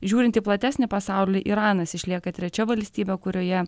žiūrint į platesnį pasaulį iranas išlieka trečia valstybė kurioje